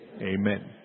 Amen